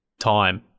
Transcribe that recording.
time